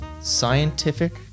scientific